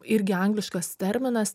irgi angliškas terminas